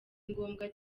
ngombwa